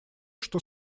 что